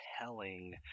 telling